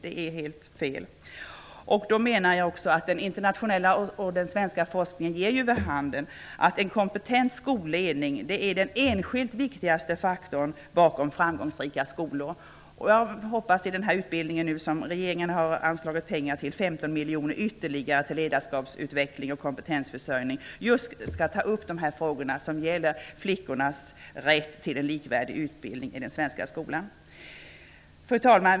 Det vore helt fel. Jag menar också att den internationella och svenska forskningen ger vid handen att en kompetent skolledning är den enskilt viktigaste faktorn bakom framgångsrika skolor. Jag hoppas att i den nya utbildningen, som regeringen anslagit 15 miljoner kronor ytterligare till för ledarskapsutveckling och kompetensförsörjning just skall ta upp frågorna kring flickornas rätt till en likvärdig utbildning i den svenska skolan. Fru talman!